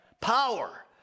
power